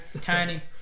tiny